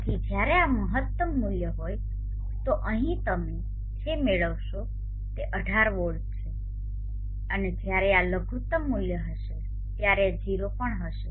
તેથી જ્યારે આ મહત્તમ મૂલ્ય હોય તો તમે અહીં જે મેળવશો તે 18 વોલ્ટ છે અને જ્યારે આ લઘુત્તમ મૂલ્ય હશે ત્યારે આ 0 પણ હશે